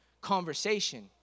conversation